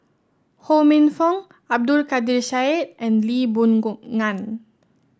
Ho Minfong Abdul Kadir Syed and Lee Boon Ngan